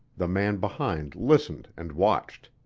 the man behind listened and watched.